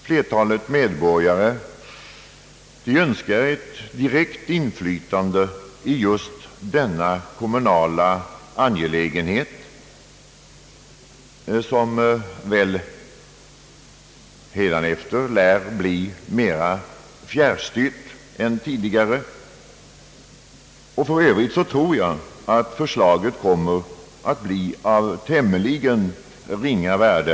Flertalet medborgare önskar ett direkt inflytande i just denna kommunala angelägenhet, som väl hädanefter lär bli mer fjärrstyrd än tidigare. För övrigt tror jag att förslaget kommer att bli av tämligen ringa värde.